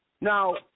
Now